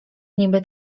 niby